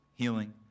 Healing